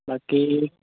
বাকী